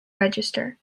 register